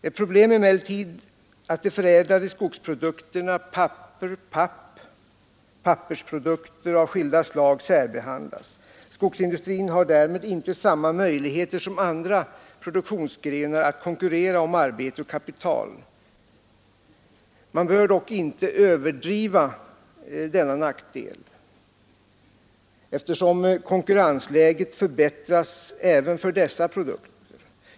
Ett problem är emellertid att de förädlade skogsprodukterna, papper, papp och pappersprodukter av skilda slag, särbehandlas. Skogsindustrin har därmed inte samma möjligheter som andra produktionsgrenar att konkurrera om arbete och kapital. Man bör dock inte överdriva denna nackdel, eftersom konkurrensläget förbättras även för dessa produkter.